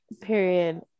Period